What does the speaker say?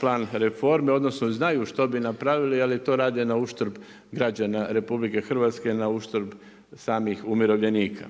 plan reforme odnosno znaju šta bi napravili ali to rade na uštrb građana RH, na uštrb samih umirovljenika.